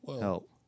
help